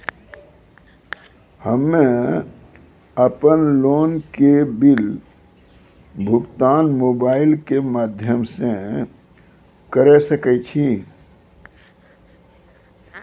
हम्मे अपन लोन के बिल भुगतान मोबाइल के माध्यम से करऽ सके छी?